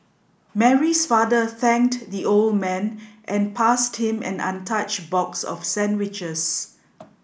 Mary's father thanked the old man and passed him an untouched box of sandwiches